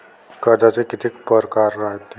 कर्जाचे कितीक परकार रायते?